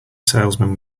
salesman